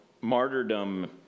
martyrdom